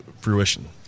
fruition